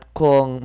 kung